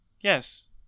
Yes